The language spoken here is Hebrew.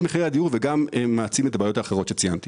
מחירי הדיור וגם מעצים את הבעיות האחרות שדיברנו עליהן.